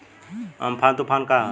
Amphan तुफान का ह?